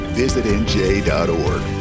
visitnj.org